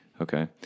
Okay